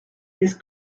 his